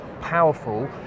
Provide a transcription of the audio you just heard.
powerful